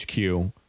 HQ